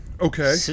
Okay